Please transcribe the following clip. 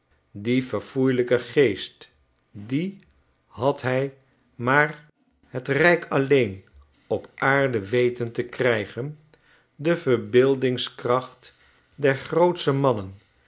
dien verfoeielijken geest die had hij maar het rijk alleen op aarde wetentekrijgen de verbeeldingskracht der grootste manner